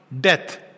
death